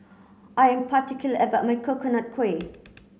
I am particular about my Coconut Kuih